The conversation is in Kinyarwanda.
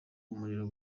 umuriro